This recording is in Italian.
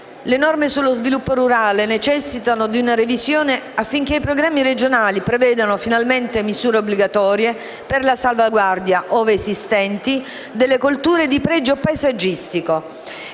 Le norme sullo sviluppo rurale necessitano di una revisione affinché i programmi regionali prevedano finalmente misure obbligatorie per la salvaguardia, ove esistenti, delle colture di pregio paesaggistico.